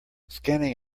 scanning